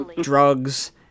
drugs